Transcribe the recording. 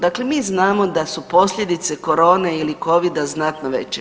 Dakle, mi znamo da su posljedice korone ili Covida znatno veće.